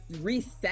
reset